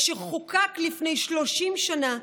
אשר חוקק לפני 30 שנה,